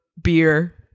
Beer